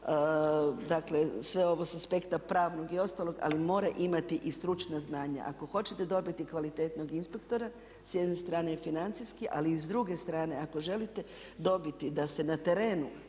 dakle sve ovo s aspekta pravnog i ostalog ali mora imati i stručna znanja. Ako hoćete dobiti kvalitetnog inspektora s jedne strane je financijski ali i s druge strane ako želite dobiti da se na terenu